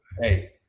hey